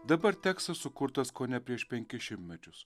dabar tekstas sukurtas kone prieš penkis šimtmečius